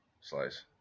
Slice